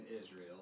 Israel